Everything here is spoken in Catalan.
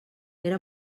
era